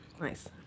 Nice